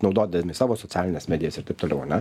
naudodami savo socialines medijas ir taip toliau ane